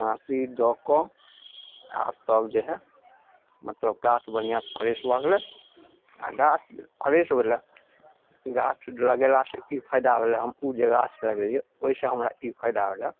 माटि दअ कऽ आओर तब जे हइ मतलब गाछ बढ़िआँसँ फ्रेश भऽ गेलय आओर गाछ फ्रेशवला गाछ लगेलासँ ई फायदा भेलै हम उ जे गाछ लगेलियै ओइसँ हमरा ई फायदा भेलै